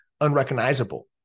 unrecognizable